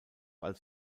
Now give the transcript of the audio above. als